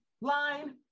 line